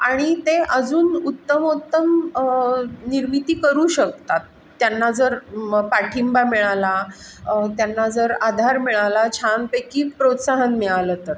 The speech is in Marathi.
आणि ते अजून उत्तमोत्तम निर्मिती करू शकतात त्यांना जर पाठिंबा मिळाला त्यांना जर आधार मिळाला छानपैकी प्रोत्साहन मिळालं तर